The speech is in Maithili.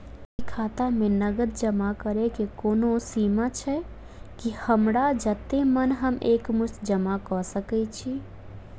की खाता मे नगद जमा करऽ कऽ कोनो सीमा छई, की हमरा जत्ते मन हम एक मुस्त जमा कऽ सकय छी?